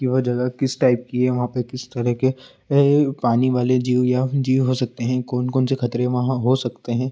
कि वह जगह किस टाइप की है वहाँ पर किस तरह के पानी वाले जीव या जीव हो सकते हैं कौन कौन से खतरे वहाँ हो सकते हैं